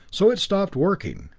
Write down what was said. so it stopped working,